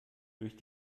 durch